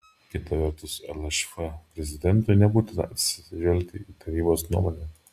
kita vertus lšf prezidentui nebūtina atsižvelgti į tarybos nuomonę